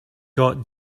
got